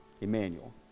Emmanuel